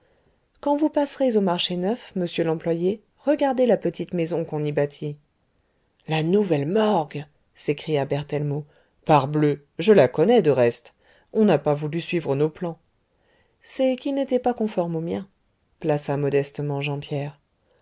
quand vous passerez au marché neuf monsieur l'employé regardez la petite maison qu'on y bâtit la nouvelle morgue s'écria berthellemot parbleu je la connais de reste on n'a pas voulu suivre nos plans c'est qu'ils n'étaient pas conformes aux miens plaça modestement jean pierre